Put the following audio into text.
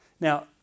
Now